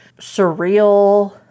surreal